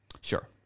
sure